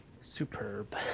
Superb